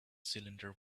cylinder